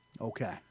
Okay